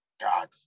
God